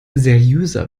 seriöser